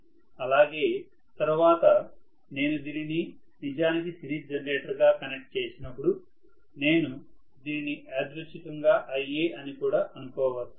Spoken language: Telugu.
అలాగే తరువాత నేను దీనిని నిజానికి సిరీస్ జనరేటర్ గా కనెక్ట్ చేసినపుడు నేను దీనిని యాదృచ్ఛికంగా Ia అని కూడా అనుకోవచ్చు